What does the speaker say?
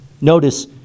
Notice